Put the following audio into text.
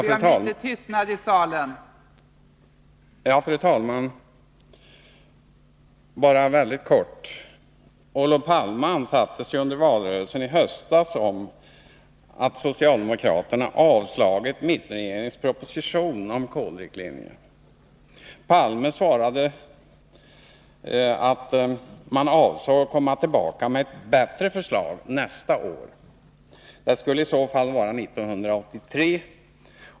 Fru talman! Jag skall fatta mig mycket kort. Olof Palme ansattes i valrörelsen i höstas om att socialdemokraterna avslagit mittenregeringens proposition om kolriktlinjer. Olof Palme svarade att socialdemokraterna avsåg att komma tillbaka med ett bättre förslag nästa år. Det skulle i så fall innebära 1983.